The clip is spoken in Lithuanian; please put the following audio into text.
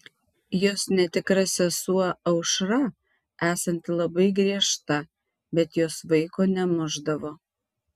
jos netikra sesuo aušra esanti labai griežta bet jos vaiko nemušdavo